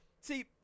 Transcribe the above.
see